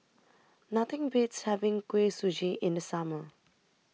Nothing Beats having Kuih Suji in The Summer